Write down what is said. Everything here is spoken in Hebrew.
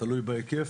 תלוי בהיקף.